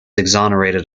exonerated